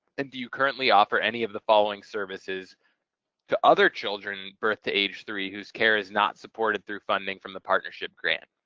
then do you currently offer any of the following services to other children birth to age three whose care is not supported through funding from the partnership grant?